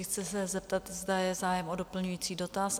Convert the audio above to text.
Chci se zeptat, zda je zájem o doplňující dotaz?